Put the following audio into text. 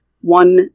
one